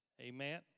Amen